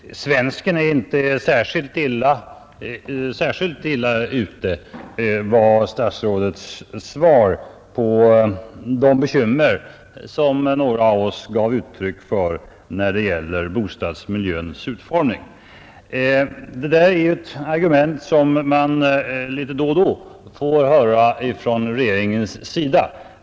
Fru talman! Svensken är inte särskilt illa ute, var statsrådets svar på de bekymmer som några av oss gav uttryck för när det gäller bostadsmiljöns utformning. Det är ett argument som man litet då och då får höra från regeringens sida.